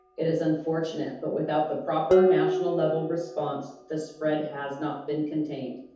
it is unfortunate, but without the proper national level response, the spread has not been contained.